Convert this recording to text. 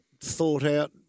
thought-out